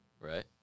Right